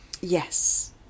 Yes